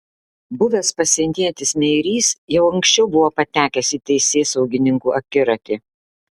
buvęs pasienietis meirys jau anksčiau buvo patekęs į teisėsaugininkų akiratį